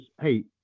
hey